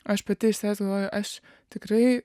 aš pati iš savęs galvoju aš tikrai